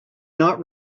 not